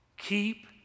Keep